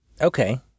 okay